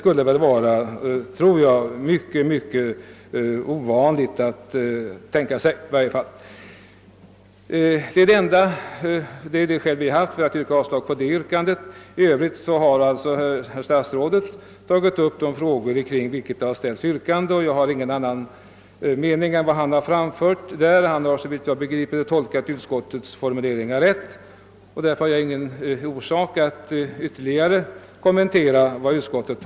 Det är av den orsaken vi har yrkat avslag på det motionsyrkandet. I övrigt har som sagt statsrådet här behandlat de frågor där yrkanden framställts, och jag har ingen annan mening än den som socialministern här har givit uttryck åt. Såvitt jag förstår har statsrådet tolkat utskottets skrivning alldeles rätt, och jag har därför ingen anledning att ytterligare kommentera det skrivna.